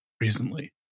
recently